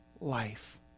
life